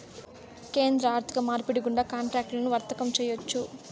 కేంద్ర ఆర్థిక మార్పిడి గుండా కాంట్రాక్టులను వర్తకం చేయొచ్చు